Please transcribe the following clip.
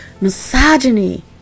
misogyny